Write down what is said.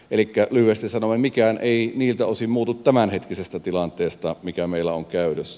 elikkä lyhyesti sanoen mikään ei niiltä osin muutu tämänhetkisestä tilanteesta mikä meillä on käytössä